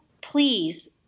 please